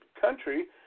country